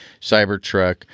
Cybertruck